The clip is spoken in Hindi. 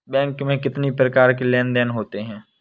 बैंक में कितनी प्रकार के लेन देन देन होते हैं?